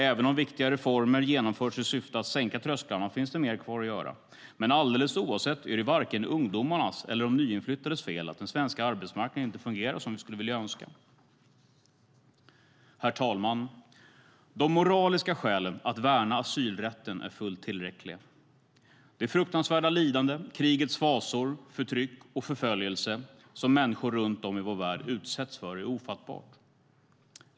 Även om viktiga reformer genomförts i syfte att sänka trösklarna finns det mer kvar att göra. Alldeles oavsett är det varken ungdomarnas eller de nyinflyttades fel att den svenska arbetsmarknaden inte fungerar så som vi skulle önska. Herr talman! De moraliska skälen att värna asylrätten är fullt tillräckliga. Det fruktansvärda lidande, de krigets fasor, det förtryck och den förföljelse som människor runt om i vår värld utsätts för är ofattbart.